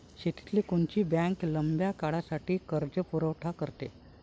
शेतीले कोनची बँक लंब्या काळासाठी कर्जपुरवठा करते?